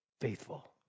faithful